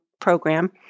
program